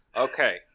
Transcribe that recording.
Okay